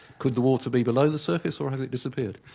could the water be below the surface or has it disappeared?